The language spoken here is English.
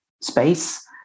space